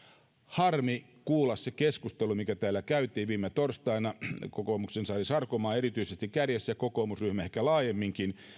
harmi kuulla se keskustelu mikä täällä käytiin viime torstaina kun kokoomuksen sari sarkomaa erityisesti kärjessä ja kokoomusryhmä ehkä laajemminkin